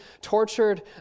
tortured